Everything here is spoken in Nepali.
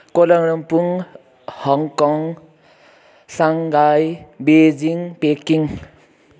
Kuala Lumpur Hong Kong Shanghai Beijing पेकिङ